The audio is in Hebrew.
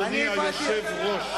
אדוני היושב-ראש.